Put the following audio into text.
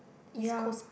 ya